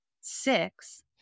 six